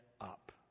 up